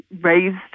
Raised